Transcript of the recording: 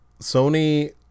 Sony